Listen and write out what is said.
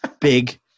big